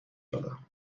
دادم